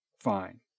fine